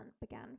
began